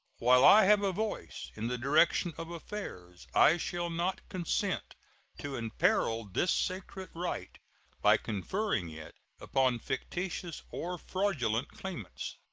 while i have a voice in the direction of affairs i shall not consent to imperil this sacred right by conferring it upon fictitious or fraudulent claimants.